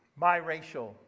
biracial